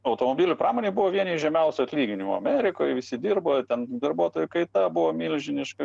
automobilių pramonė buvo vieni iš žemiausių atlyginimų amerikoj visi dirbo ten darbuotojų kaita buvo milžiniška